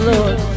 Lord